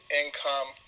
income